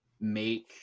make